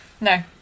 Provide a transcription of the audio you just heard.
No